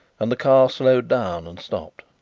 and the car slowed down and stopped.